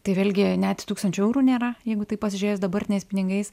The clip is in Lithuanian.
tai vėlgi net tūkstančio eurų nėra jeigu tai pasižiūrėjus dabartiniais pinigais